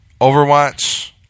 Overwatch